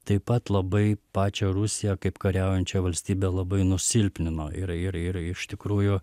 taip pat labai pačią rusiją kaip kariaujančią valstybę labai nusilpnino ir ir ir iš tikrųjų